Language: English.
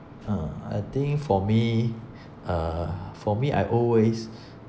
uh I think for me uh for me I always